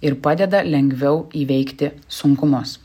ir padeda lengviau įveikti sunkumus